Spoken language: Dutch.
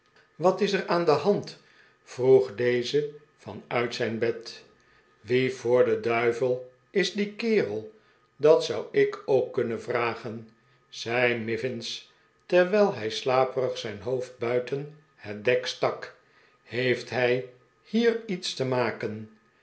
wat is er aan de hand vroeg deze van uit zijn bed wie voor den duivel is die kerel dat zou ik ook kunnen vragen zei mivins terwijl hij slaperig zijn hoofd buiten het dek stak heeft hij hier iets te maken